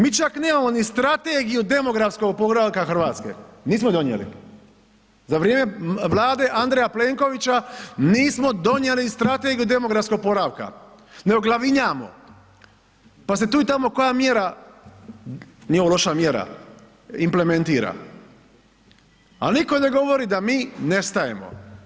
Mi čak nemamo ni strategiju demografskog oporavka Hrvatske, nismo donijeli, za vrijeme Vlade Andreja Plenkovića nismo donijeli strategiju demografskog oporavka, nego glavinjamo, pa se tu i tamo koja mjera, nije ovo loša mjera, implementira, ali nitko ne govori d mi nestajemo.